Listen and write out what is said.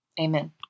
amen